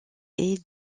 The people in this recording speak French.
est